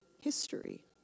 history